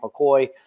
McCoy